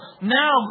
Now